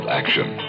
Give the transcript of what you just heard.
action